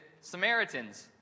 Samaritans